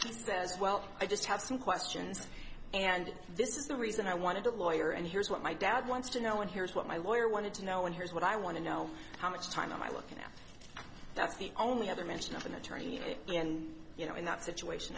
she says well i just have some questions and this is the reason i wanted a lawyer and here's what my dad wants to know and here's what my lawyer wanted to know and here's what i want to know how much time i look at that that's the only other mention of an attorney and you know in that situation